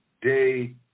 day